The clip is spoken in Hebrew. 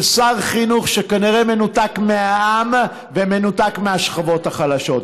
של שר חינוך שכנראה מנותק מהעם ומנותק מהשכבות החלשות.